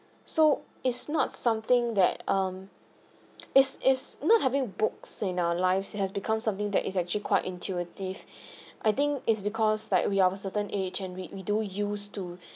so it's not something that um is is not having books in our lives it has become something that is actually quite intuitive I think is because like we of a certain age and we we do used to